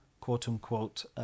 quote-unquote